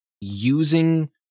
using